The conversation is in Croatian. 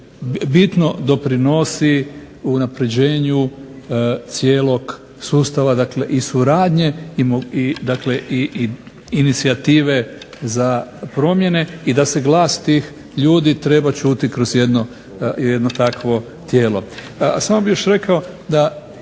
bitno doprinosi unapređenju cijelog sustava, dakle i suradnje dakle i inicijative za promjene i da se glas tih ljudi treba čuti kroz jedno takvo tijelo. Samo bih još rekao da